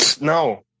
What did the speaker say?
no